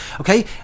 okay